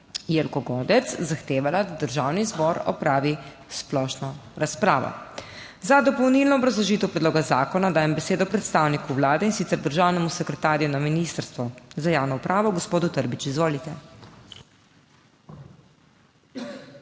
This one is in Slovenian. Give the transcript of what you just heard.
Jelko Godec zahtevala, da Državni zboropravi splošno razpravo. Za dopolnilno obrazložitev predloga zakona dajem besedo predstavniku Vlade, in sicer državnemu sekretarju na Ministrstvu za javno upravo gospodu Trbiču. Izvolite.